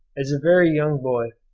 as a very young boy,